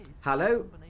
Hello